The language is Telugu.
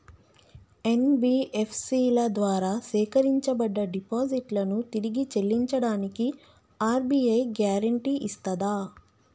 ఎన్.బి.ఎఫ్.సి ల ద్వారా సేకరించబడ్డ డిపాజిట్లను తిరిగి చెల్లించడానికి ఆర్.బి.ఐ గ్యారెంటీ ఇస్తదా?